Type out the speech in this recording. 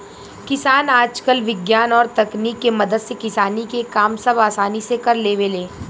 किसान आजकल विज्ञान और तकनीक के मदद से किसानी के काम सब असानी से कर लेवेले